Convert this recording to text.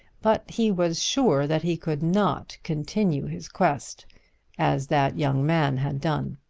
but he was sure that he could not continue his quest as that young man had done.